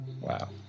Wow